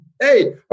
Hey